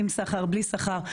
עם שכר, בלי שכר.